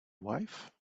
wife